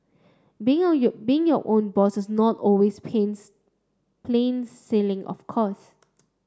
being on you being your own boss is not always pains plain sailing of course